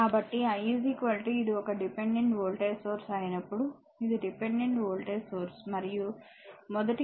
కాబట్టి I ఇది ఒక డిపెండెంట్ వోల్టేజ్ సోర్స్ అయినప్పుడు ఇది డిపెండెంట్ వోల్టేజ్ సోర్స్ మరియు మొదటి కేసు I 4 ఆంపియర్